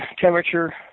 temperature